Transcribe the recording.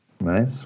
Nice